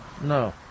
no